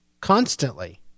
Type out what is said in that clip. constantly